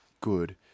good